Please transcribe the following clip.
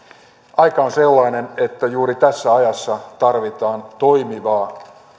aika on sellainen että juuri tässä ajassa tarvitaan toimivaa